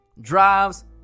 drives